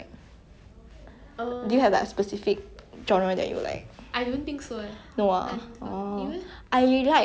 I like like animation movies cause like I feel that animation can achieve like